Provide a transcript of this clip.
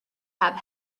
have